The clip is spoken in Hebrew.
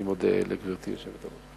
אני מודה לגברתי היושבת-ראש.